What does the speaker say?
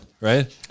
right